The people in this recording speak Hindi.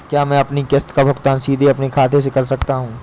क्या मैं अपनी किश्त का भुगतान सीधे अपने खाते से कर सकता हूँ?